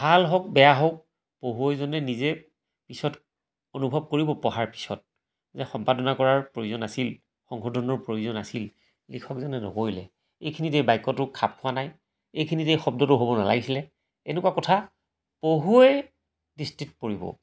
ভাল হওক বেয়া হওক পঢ়ুৱৈজনে নিজে পিছত অনুভৱ কৰিব পঢ়াৰ পিছত যে সম্পাদনা কৰাৰ প্ৰয়োজন আছিল সংশোধনৰ প্ৰয়োজন আছিল লিখকজনে নকৰিলে এইখিনিতেই বাক্যটো খাপ খোৱা নাই এইখিনিত এই শব্দটো হ'ব নালাগিছিলে এনেকুৱা কথা পঢ়ুৱৈৰ দৃষ্টিত পৰিব